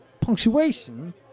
punctuation